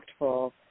impactful